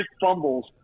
fumbles